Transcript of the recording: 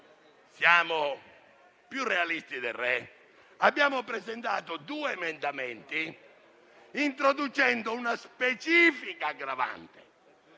siamo più realisti del re, abbiamo presentato due emendamenti, introducendo una specifica aggravante